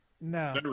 No